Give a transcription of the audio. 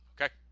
Okay